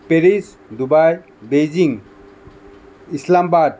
Paris Dubai Beijing Islamabad